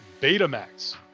Betamax